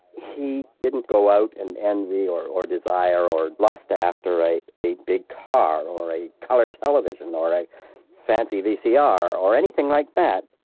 he didn't go out and envy or or desire or lust after a big car, or a colour television, or a fancy vcr, or anything like that,